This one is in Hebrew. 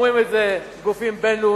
אומרים את זה גופים בין-לאומיים,